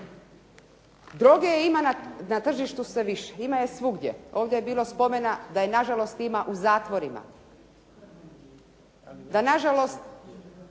Droge ima na tržištu sve više, ima je svugdje. Ovdje je bilo spomena da je nažalost ima u zatvorima, da nažalost